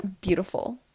beautiful